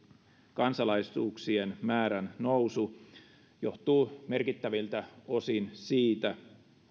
kansalaisuuksien määrän nousu johtuu merkittäviltä osin siitä